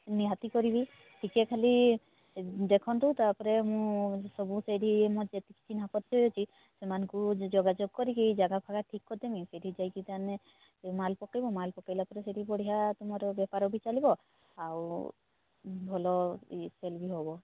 ନିହାତି କରିବି ଟିକିଏ ଖାଲି ଏ ଦେଖନ୍ତୁ ତା'ପରେ ମୁଁ ସବୁ ସେଇଠି ମୋର ଯେତିକି ଚିହ୍ନା ପରିଚୟ ଅଛି ସେମାନଙ୍କୁ ଯୋଗାଯୋଗ କରିକି ଜାଗା ଫାଗା ଠିକ୍ କରିଦେବି ସେଇଠି ଯାଇକି ମାନେ ମାଲ୍ ପକେଇବ ମାଲ୍ ପକେଇଲା ପରେ ସେଇଠି ବି ବଢ଼ିଆ ତୁମର ବେପାର ବି ଚାଲିବ ଆଉ ଭଲ ୟେ ସେଲ୍ ବି ହେବ